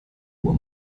uhr